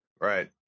right